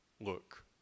look